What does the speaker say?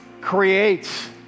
creates